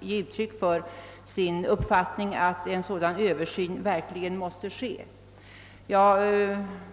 givit uttryck för sin uppfattning att en sådan översyn verkligen måste komma till stånd.